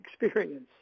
experience